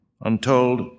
untold